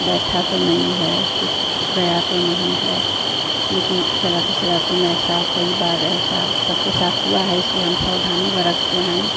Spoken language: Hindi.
बैठा तो नहीं है कुछ गया तो नहीं है क्योंकि चलाते चलाते मेरे साथ कई बार ऐसा सबके साथ हुआ है इसलिए हम सावधानी बरतते हैं